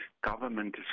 government